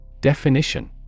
Definition